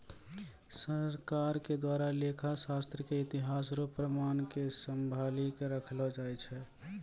सरकार के द्वारा लेखा शास्त्र के इतिहास रो प्रमाण क सम्भाली क रखलो जाय छै